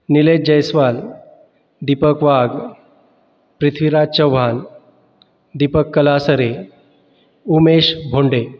Nilesh Jaiswal Deepak Wagh Prithviraj Chavan Deepak Kalasare Umesh Bhonde